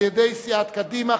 על-ידי סיעות קדימה,